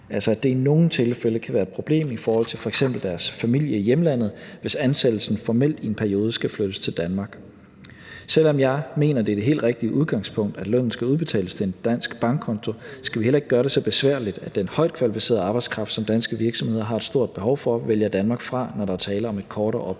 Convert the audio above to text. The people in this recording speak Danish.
altså at det i nogle tilfælde kan være et problem i forhold til f.eks. deres familie i hjemlandet, hvis ansættelsen formelt i en periode skal flyttes til Danmark. Selv om jeg mener, at det er det helt rigtige udgangspunkt, at lønnen skal udbetales til en dansk bankkonto, skal vi heller ikke gøre det så besværligt, at den højtkvalificerede arbejdskraft, som danske virksomheder har et stort behov for, vælger Danmark fra, når der er tale om et kortere ophold.